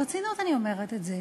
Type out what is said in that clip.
ברצינות אני אומרת את זה.